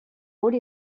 rôle